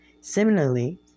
Similarly